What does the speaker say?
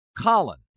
Colin